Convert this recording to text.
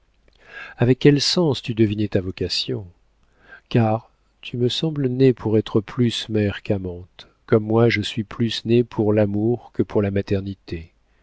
avec quel sens tu devinais ta vocation car tu me sembles née pour être plus mère qu'amante comme moi je suis plus née pour l'amour que pour la maternité